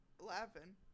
laughing